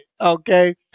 okay